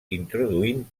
introduint